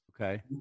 Okay